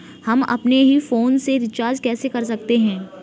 हम अपने ही फोन से रिचार्ज कैसे कर सकते हैं?